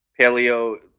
Paleo